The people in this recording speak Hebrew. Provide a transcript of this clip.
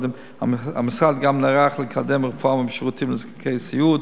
המשרד גם נערך לקדם רפורמה בשירותים לנזקקי סיעוד,